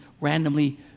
randomly